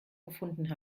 gefunden